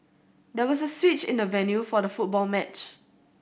there was a switch in the venue for the football match